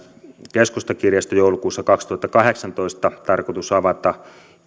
keskustakirjasto joulukuussa kaksituhattakahdeksantoista tarkoitus avata